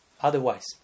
otherwise